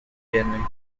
genuine